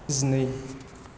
जिनै